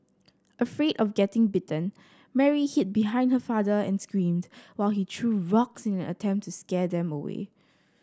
afraid of getting bitten Mary hid behind her father and screamed while he threw rocks in an attempt to scare them away